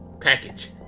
package